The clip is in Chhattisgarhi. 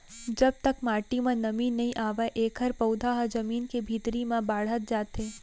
जब तक माटी म नमी नइ आवय एखर पउधा ह जमीन के भीतरी म बाड़हत जाथे